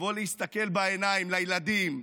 לבוא להסתכל בעיניים לילדים,